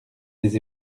des